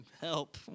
help